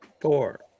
Four